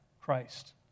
Christ